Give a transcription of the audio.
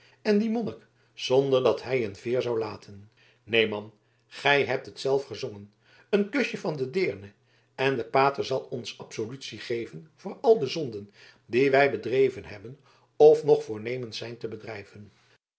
en dien monnik zonder dat hij een veer zou laten neen man gij hebt het zelf gezongen een kusje van de deerne en de pater zal ons absolutie geven voor al de zonden die wij bedreven hebben of nog voornemens zijn te bedrijven